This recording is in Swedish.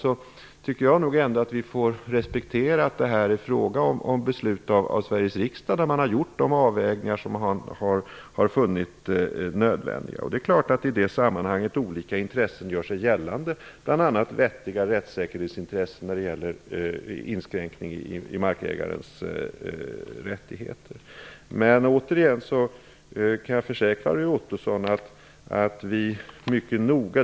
Jag tycker att vi ändå får respektera att det är fråga om beslut av Sveriges riksdag där man gjort de avvägningar som man funnit nödvändiga. I det sammanhanget gör sig naturligtvis olika intressen gällande, bl.a. vettiga rättssäkerhetsintressen och inskränkning i markägarens rättigheter. Återigen kan jag försäkra Roy Ottosson att vi mycket noga och intensivt följer dessa frågor.